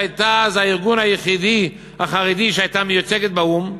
שהייתה אז הארגון היחידי החרדי שהיה מיוצג באו"ם.